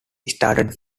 started